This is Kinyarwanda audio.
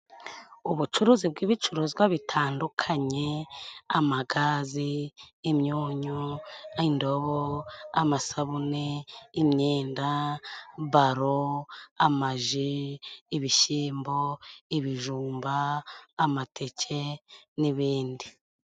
Ubucuruzi bw'ibicuruzwa bitandukanye, amagazi, imyunyu, indobo, amasabune, imyenda, baro, amaji, ibishyimbo, ibijumba, amateke n'ibindi.